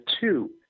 two